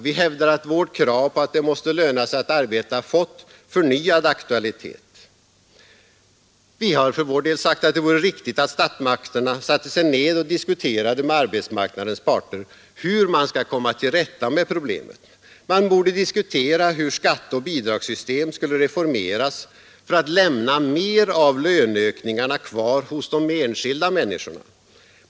Vi hävdade att vårt krav på att det måste löna sig att arbeta fått förnyad aktualitet. Vi har för vår del sagt att det vore riktigt att statsmakterna satte sig ned och diskuterade med arbetsmarknadens parter hur man skall komma till rätta med problemet. Man borde diskutera hur skatteoch bidragssystem skulle reformeras för att lämna mer av löneökningarna kvar hos de enskilda människorna.